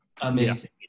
amazing